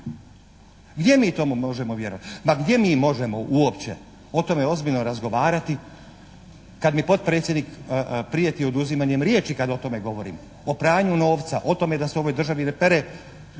Gdje mi tome možemo vjerovati? Ma gdje mi možemo uopće o tome ozbiljno razgovarati kad mi potpredsjednik prijeti oduzimanjem riječi kad o tome govorim, o pranju novca, o tome da se u ovoj državi ne bori